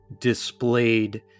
displayed